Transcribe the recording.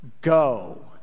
go